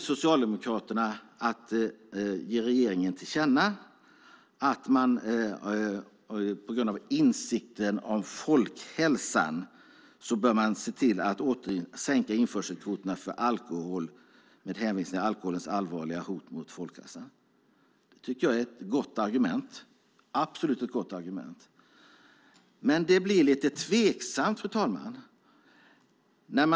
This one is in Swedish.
Socialdemokraterna vill tillkännage för regeringen att införselkvoterna för alkohol bör sänkas med hänvisning till alkoholens allvarliga hot mot folkhälsan. Det är ett gott argument. Det hela blir dock lite tveksamt, fru talman.